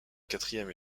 quatrième